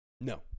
No